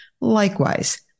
Likewise